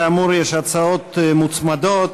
כאמור, יש הצעות מוצמדות.